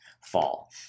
fall